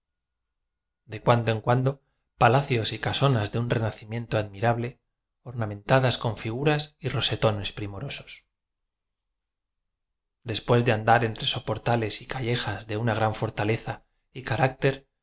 de cuando en cuando palacios y casonas cto un renacimiento admirable ornamenta bas con figuras y rosetones primorosos después de andar entre soportales y ca pejas de una gran fortaleza y carácter